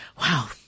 Wow